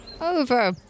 over